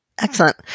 Excellent